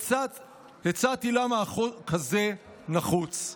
והצעתי למה החוק הזה נחוץ.